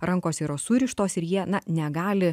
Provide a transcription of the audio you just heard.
rankos yra surištos ir jie negali